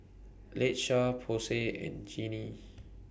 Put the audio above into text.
Latesha Posey and Jinnie